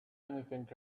anything